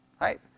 Right